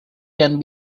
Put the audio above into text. can